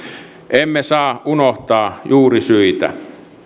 emme saa unohtaa juurisyitä